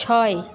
ছয়